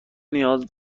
نیاز